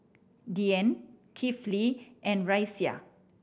Dian Kifli and Raisya